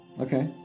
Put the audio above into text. Okay